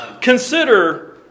Consider